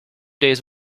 days